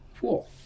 Cool